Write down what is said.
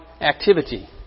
activity